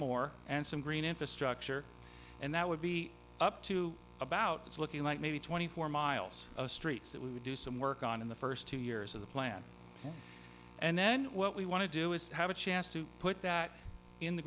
more and some green infrastructure and that would be up to about it's looking like maybe twenty four miles streets that we would do some work on in the first two years of the plan and then what we want to do is have a chance to put that in the